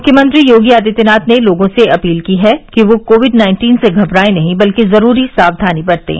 मुख्यमंत्री योगी आदित्यनाथ ने लोगों से अपील की है कि वे कोविड नाइन्टीन से घबराएं नहीं बल्कि जरूरी सावधानी बरतें